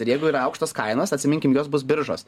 ir jeigu yra aukštos kainos atsiminkim jos bus biržos